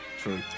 True